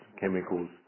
chemicals